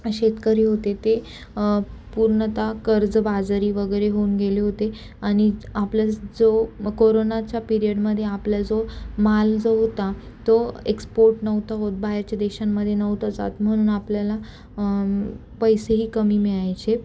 शेतकरी होते ते पूर्णता कर्जबाजरी वगैरे होऊन गेले होते आणि आपल्या जो कोरोनाच्या पिरियडमध्ये आपल्या जो माल जो होता तो एक्सपोर्ट नव्हता होत बाहेरच्या देशांमध्ये नव्हता जात म्हणून आपल्याला पैसेही कमी मिळायचे